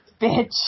Bitch